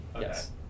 Yes